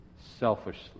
selfishly